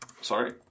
sorry